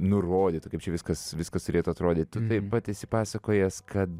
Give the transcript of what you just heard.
nurodytų kaip čia viskas viskas turėtų atrodyt tu taip pat esi pasakojęs kad